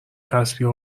تسبیح